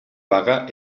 vaga